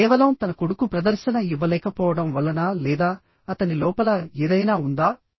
ఇది కేవలం తన కొడుకు ప్రదర్శన ఇవ్వలేకపోవడం వల్లనా లేదా అతని లోపల ఏదైనా ఉందా